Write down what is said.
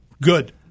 Good